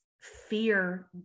fear